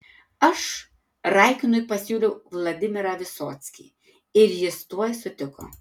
aš raikinui pasiūliau vladimirą visockį ir jis tuoj sutiko